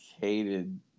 hated